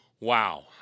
Wow